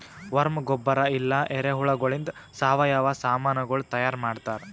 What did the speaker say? worm ಗೊಬ್ಬರ ಇಲ್ಲಾ ಎರೆಹುಳಗೊಳಿಂದ್ ಸಾವಯವ ಸಾಮನಗೊಳ್ ತೈಯಾರ್ ಮಾಡ್ತಾರ್